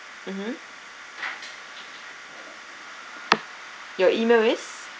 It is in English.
mmhmm your email is